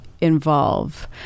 involve